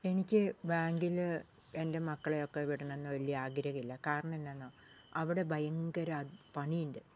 എനിക്ക് ബാങ്കില് എൻ്റെ മക്കളെയൊക്കെ വിടണം എന്ന് വലിയ ആഗ്രഹമില്ല കാരണം എന്നാന്നോ അവിടെ ഭയങ്കര പണിയുണ്ട്